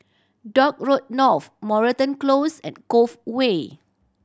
Dock Road North Moreton Close and Cove Way